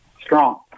strong